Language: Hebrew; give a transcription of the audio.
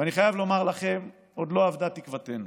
ואני חייב לומר לכם, עוד לא אבדה תקוותנו.